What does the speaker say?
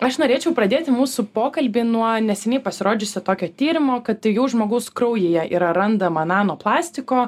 aš norėčiau pradėti mūsų pokalbį nuo neseniai pasirodžiusio tokio tyrimo kad jau žmogaus kraujyje yra randama nano plastiko